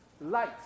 light